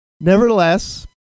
Nevertheless